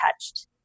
touched